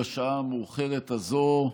בשעה המאוחרת הזאת,